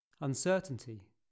Uncertainty